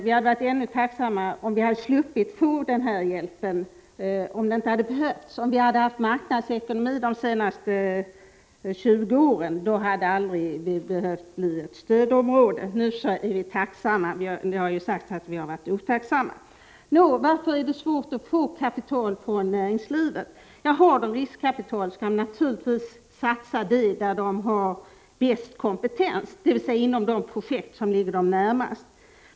Vi hade varit ännu tacksammare om denna hjälp inte hade behövts. Om vi hade haft marknadsekonomi de senaste 20 åren, hade Malmöregionen aldrig behövt bli ett stödområde. Nu är vi tacksamma — det har ju sagts att vi varit otacksamma. Varför är det svårt att få kapital från näringslivet? Har företagen riskkapital skall de naturligtvis satsa det där de har bäst kompetens, dvs. inom de projekt som ligger dem närmast.